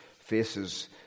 faces